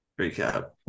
recap